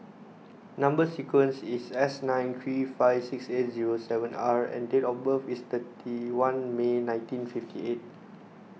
Number Sequence is S nine three five six eight zero seven R and date of birth is thirty one May nineteen fifty eight